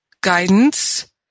guidance